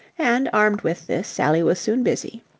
and, armed with this, sally was soon busy.